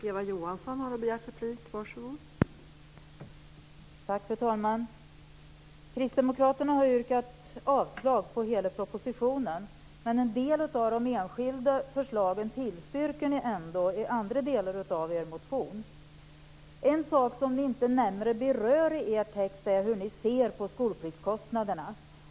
Fru talman! Kristdemokraterna har yrkat avslag på hela propositionen, men en del av de enskilda förslagen tillstyrker ni ändå i andra delar av er motion. En sak som ni inte närmare berör i er text är hur ni ser på skolpliktskostnaderna.